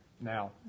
Now